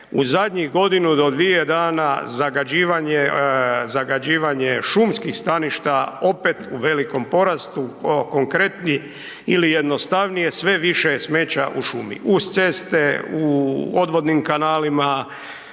u zadnjih godinu do dvije dana zagađivanje, zagađivanje šumskih staništa opet u velikom porastu, konkretni ili jednostavnije sve više je smeća u šumi, uz ceste, u odvodnim kanalima,